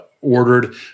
ordered